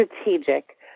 strategic